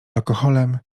alkoholem